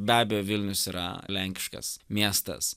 be abejo vilnius yra lenkiškas miestas